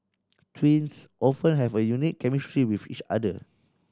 twins often have a unique chemistry with each other